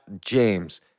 James